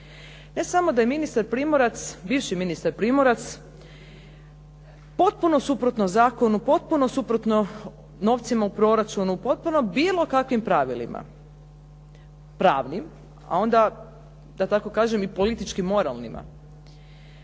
Primorac, bivši ministar Primorac potpuno suprotno zakonu, potpuno suprotno novcima u proračunu, potpuno bilo kakvim pravilima pravnim, a onda da tako kažem i politički moralnima,